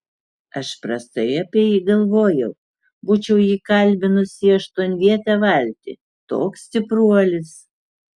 aš prastai apie jį galvojau būčiau jį kalbinusi į aštuonvietę valtį toks stipruolis